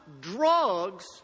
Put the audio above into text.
drugs